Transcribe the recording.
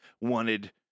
wanted